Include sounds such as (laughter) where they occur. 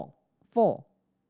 (noise) four